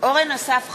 אורן אסף חזן,